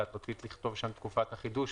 ואת רצית לכתוב שם: "תקופת החידוש".